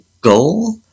goal